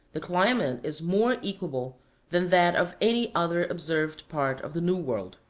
the climate is more equable than that of any other observed part of the new world.